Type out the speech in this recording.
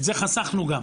את זה חסכנו גם,